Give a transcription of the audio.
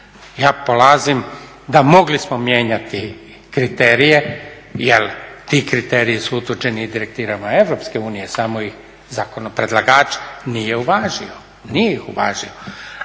Ja polazim da mogli smo mijenjati kriterije, jer ti kriteriji su utvrđeni i direktivama EU samo ih zakonopredlagač nije uvažio,